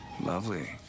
Lovely